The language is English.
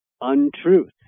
untruth